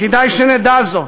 כדאי שנדע זאת.